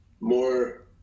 more